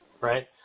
right